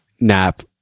nap